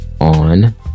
on